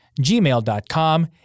gmail.com